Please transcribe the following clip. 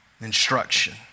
instruction